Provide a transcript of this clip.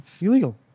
Illegal